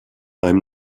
einem